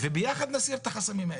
וביחד נסיר את החסמים האלה.